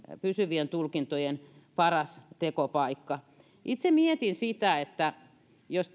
pysyvien tulkintojen paras tekopaikka itse mietin että jos